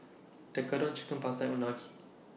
Tekkadon Chicken Pasta Unagi